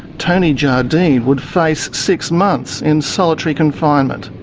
tony jardine would face six months in solitary confinement.